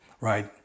right